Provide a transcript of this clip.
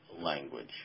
language